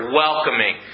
welcoming